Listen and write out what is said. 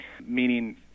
Meaning